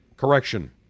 correction